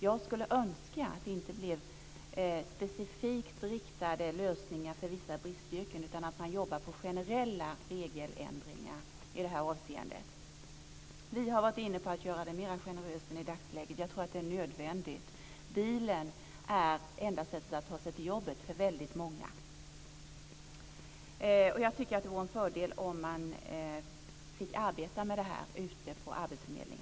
Jag skulle önska att det inte blev specifikt riktade lösningar för vissa bristyrken utan att man jobbar på generella regeländringar i det här avseendet. Vi har varit inne på att göra det mer generöst än i dagsläget. Jag tror att det är nödvändigt. Bilen är det enda sättet att ta sig till jobbet för väldigt många. Jag tycker att det vore en fördel om man fick arbeta med det här ute på arbetsförmedlingarna.